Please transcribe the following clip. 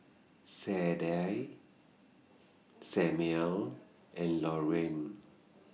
Sadye Samual and Lorraine